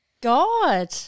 God